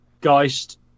Geist